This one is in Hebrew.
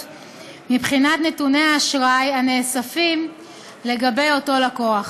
מבחינת נתוני האשראי הנאספים לגבי אותו לקוח.